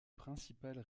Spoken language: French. principales